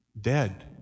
dead